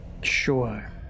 Sure